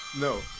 no